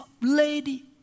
lady